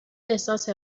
احساس